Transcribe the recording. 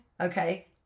okay